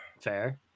fair